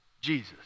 Jesus